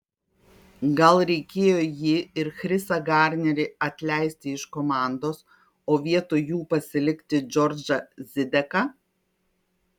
gal reikėjo jį ir chrisą garnerį atleisti iš komandos o vietoj jų pasilikti džordžą zideką